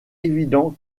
évident